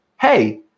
hey